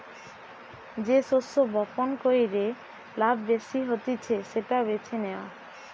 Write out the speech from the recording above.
যে শস্য বপণ কইরে লাভ বেশি হতিছে সেটা বেছে নেওয়া